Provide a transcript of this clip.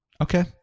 Okay